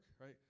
right